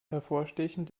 hervorstechend